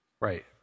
Right